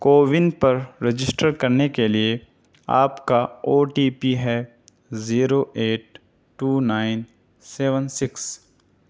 CoWIN پر register کرنے کے لیے آپ کا او ٹی پی ہے zero eight two nine seven six